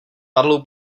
marlou